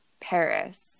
Paris